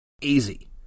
Easy